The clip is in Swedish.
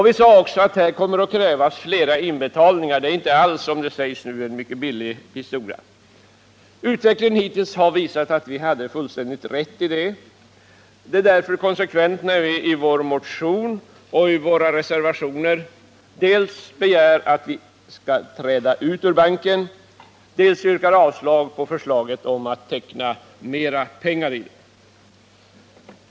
Vi sade också att det skulle komma att krävas flera inbetalningar. Det är inte alls, som det sägs nu, en mycket billig historia. Utvecklingen hittills har visat att vi hade fullständigt rätt. Det är därför konsekvent när vi i vår motion och i våra reservationer dels begär att Sverige skall träda ut ur banken, dels yrkar avslag på förslaget om att vi skall teckna mera pengar i banken.